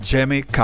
Jamie